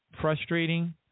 frustrating